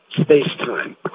space-time